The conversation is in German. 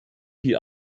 viel